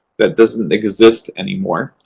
that doesn't exist anymore.